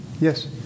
Yes